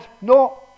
no